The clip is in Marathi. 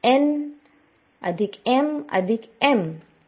nmm